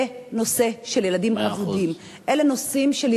זה נושא של ילדים אבודים, מאה אחוז.